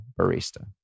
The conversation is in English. barista